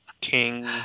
King